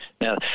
Now